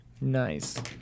Nice